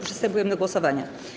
Przystępujemy do głosowania.